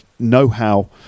know-how